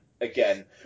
Again